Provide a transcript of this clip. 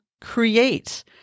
create